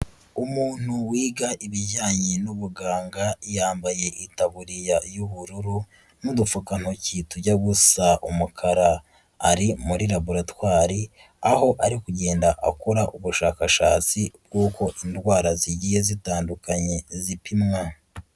Umuntu wiga ibijyanye n'ubuganga yambaye itaburiya y'ubururu n'udupfukantoki tujya gusa umukara, ari muri laboratwari aho ari kugenda akora ubushakashatsi bwuko indwara zigiye zitandukanye zipimwa.